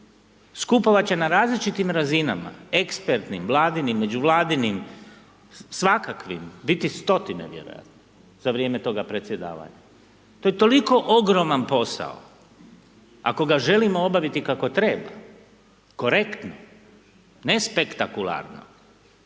Skupova će na različitim razinama, ekspertnim, vladinim, međuvladinim, svakakvim biti stotine vjerojatno za vrijeme toga predsjedavanja. To je toliko ogroman posao, ako ga želimo obaviti kako treba, korektno, ne spektakularno,